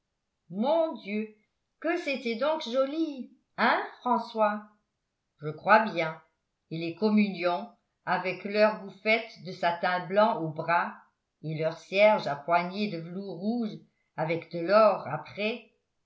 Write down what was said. mon dieu que c'était donc joli hein françois je crois bien et les communiants avec leurs bouffettes de satin blanc au bras et leurs cierges à poignée de velours rouge avec de l'or après